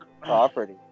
property